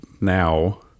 now